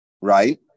Right